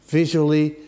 visually